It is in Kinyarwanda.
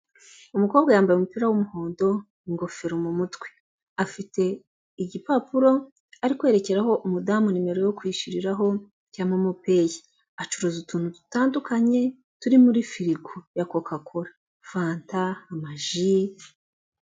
Umukobwa yambaye umupira w'umuhondo, ingofero mu mutwe. Afite igipapuro ari kwerekeraho umudamu nimero yo kwishyuriraho cya Momo peyi acuruza utuntu dutandukanye turi muri firigo ya koka kora fanta, amaji,,,